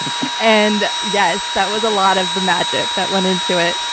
and yes, that was a lot of the magic that went into it.